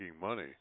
money